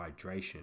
hydration